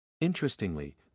Interestingly